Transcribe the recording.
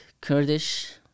Kurdish